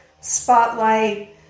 spotlight